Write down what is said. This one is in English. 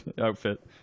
outfit